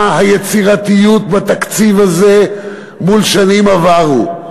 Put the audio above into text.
מה היצירתיות בתקציב הזה מול שנים עברו?